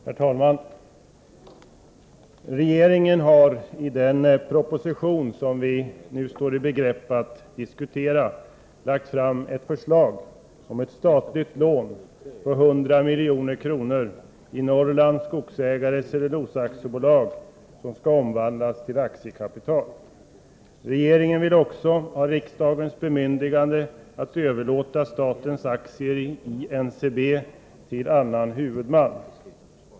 Herr talman! Regeringen har i den proposition vi står i begrepp att diskutera nu lagt fram ett förslag om att ett statligt lån på 100 milj.kr. i Norrlands Skogsägares Cellulosa AB skall omvandlas till aktiekapital. Regeringen vill också ha riksdagens bemyndigande att överlåta statens aktier i NCB till annan huvudman.